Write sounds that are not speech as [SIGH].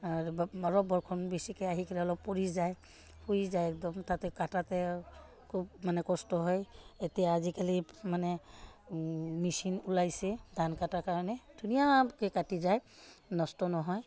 [UNINTELLIGIBLE] অলপ বৰষুণ বেছিকৈ আহি কেনে অলপ পৰি যায় পৰি যায় একদম তাতে কাটোতেও খুব মানে কষ্ট হয় এতিয়া আজিকালি মানে মেচিন ওলাইছে ধান কটাৰ কাৰণে ধুনীয়াকৈ কাটি যায় নষ্ট নহয়